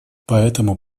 поэтому